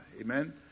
Amen